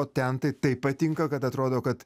o ten tai taip patinka kad atrodo kad